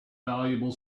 valuable